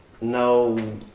no